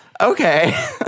Okay